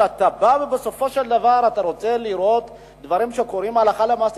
כשאתה בא ובסופו של דבר אתה רוצה לראות דברים שקורים הלכה למעשה,